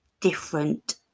different